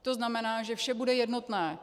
To znamená, že vše bude jednotné.